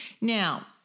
Now